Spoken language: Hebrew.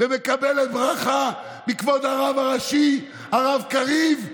ומקבלת ברכה מכבוד הרב הראשי הרב קריב,